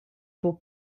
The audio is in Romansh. buca